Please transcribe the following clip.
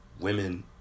women